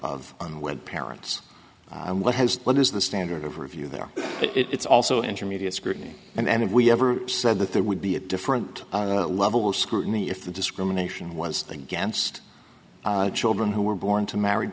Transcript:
of unwed parents and what has what is the standard of review there but it's also intermediate scrutiny and if we ever said that there would be a different level of scrutiny if the discrimination was against children who were born to married